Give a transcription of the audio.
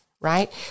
right